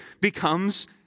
becomes